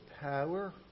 power